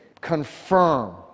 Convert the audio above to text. confirm